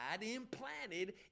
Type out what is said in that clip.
implanted